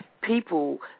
people